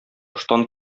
ыштан